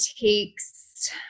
takes